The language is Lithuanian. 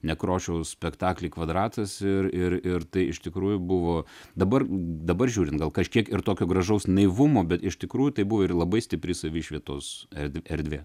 nekrošiaus spektaklį kvadratas ir ir ir tai iš tikrųjų buvo dabar dabar žiūrint gal kažkiek ir tokio gražaus naivumo bet iš tikrųjų tai buvo ir labai stipri savišvietos erdv erdvė